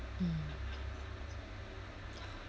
mm